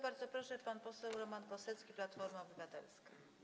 Bardzo proszę, pan poseł Roman Kosecki, Platforma Obywatelska.